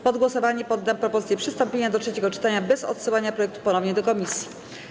Pod głosowanie poddam propozycję przystąpienia do trzeciego czytania bez odsyłania projektu ponownie do komisji.